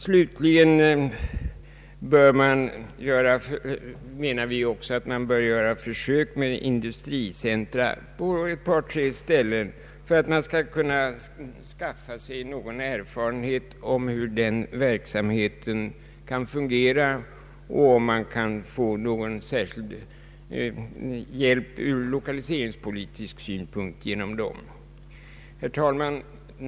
Slutligen menar vi också att man bör göra försök med industricentra på ett par tre ställen för att man skall kunna skaffa sig erfarenhet av hur denna verksamhet kan fungera och om någon lokaliseringspolitisk hjälp kan uppnås genom dessa. Herr talman!